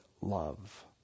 love